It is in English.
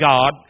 God